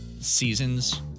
seasons